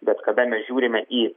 bet kada mes žiūrime į